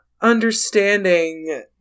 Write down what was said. understanding